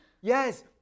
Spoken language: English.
Yes